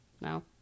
No